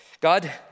God